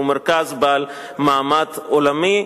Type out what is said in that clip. הוא מרכז בעל מעמד עולמי.